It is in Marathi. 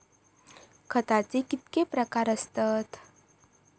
खताचे कितके प्रकार असतत?